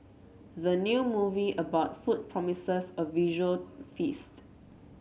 the new movie about food promises a visual feast